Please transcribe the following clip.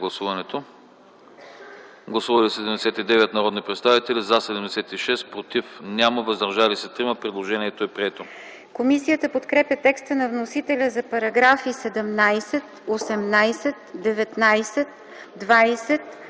Гласували 79 народни представители: за 76, против няма, въздържали се 3. Предложението е прието.